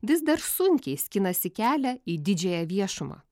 vis dar sunkiai skinasi kelią į didžiąją viešumą